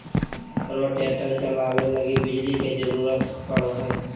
rotator चलावे लगी बिजली के जरूरत पड़ो हय